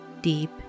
deep